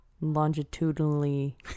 longitudinally